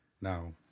Now